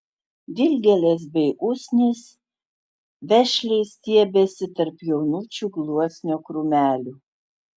dilgėlės bei usnys vešliai stiebėsi tarp jaunučių gluosnio krūmelių